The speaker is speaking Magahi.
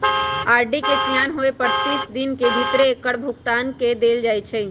आर.डी के सेयान होय पर तीस दिन के भीतरे एकर भुगतान क देल जाइ छइ